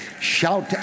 Shout